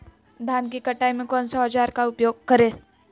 धान की कटाई में कौन सा औजार का उपयोग करे?